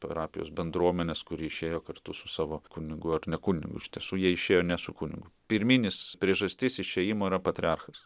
parapijos bendruomenės kuri išėjo kartu su savo kunigu ar ne kunigu iš tiesų jie išėjo ne su kunigu pirminis priežastis išėjimo yra patriarchas